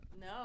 No